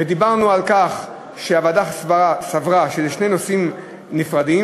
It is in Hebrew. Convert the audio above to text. ודיברנו על כך שהוועדה סברה שאלה שני נושאים נפרדים.